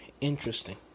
interesting